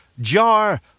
jar